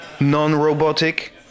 non-robotic